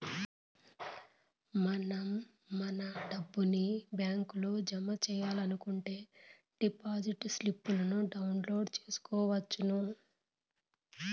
మనం మన డబ్బుని బ్యాంకులో జమ సెయ్యాలనుకుంటే డిపాజిట్ స్లిప్పులను డౌన్లోడ్ చేసుకొనవచ్చును